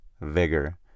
Vigor